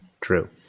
True